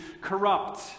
corrupt